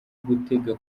gutega